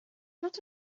not